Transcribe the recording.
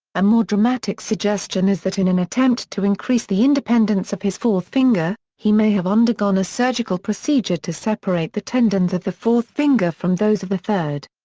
a more dramatic suggestion is that in an attempt to increase the independence of his fourth finger, he may have undergone a surgical procedure to separate the tendons of the fourth finger from those of the third.